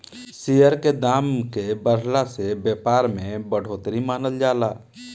share के दाम के बढ़ला से व्यापार में बढ़ोतरी मानल जाला